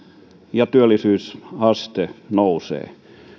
ja työllisyysaste nousee